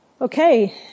Okay